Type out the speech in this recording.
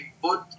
put